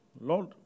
Lord